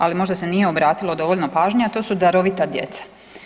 Ali možda se nije obratilo dovoljno pažnje, a to su darovita djeca.